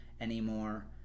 anymore